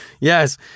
Yes